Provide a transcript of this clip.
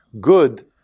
good